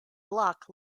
block